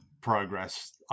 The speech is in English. progress